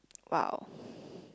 !wow!